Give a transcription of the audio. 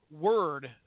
word